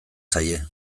zaie